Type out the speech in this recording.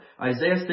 Isaiah